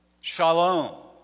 shalom